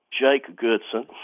jake goodson,